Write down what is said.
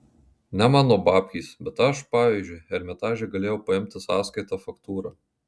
ne mano babkės bet aš pavyzdžiui ermitaže galėjau paimti sąskaitą faktūrą